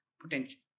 potential